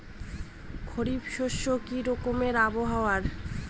খরিফ শস্যে কি রকম আবহাওয়ার?